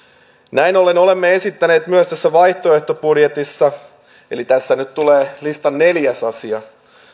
näin ollen olemme esittäneet myös tässä vaihtoehtobudjetissa eli tässä nyt tulee listan neljäs asia